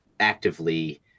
actively